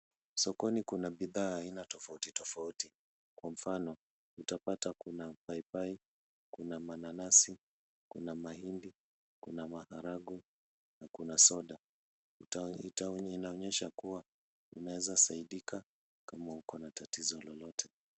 Sokoni kuna bidhaa ya aina tofauti tofauti. Kwa mfano utapata kuna paipai, kuna mananasi, kuna mahindi, kuna maharagwe na kuna soda. Inaonyesha kuwa unaweza saidika kama uko na tatizo lolote.